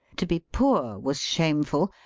to be poor was shame ful,